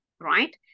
right